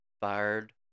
fired